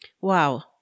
Wow